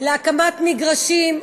להקמת מגרשים,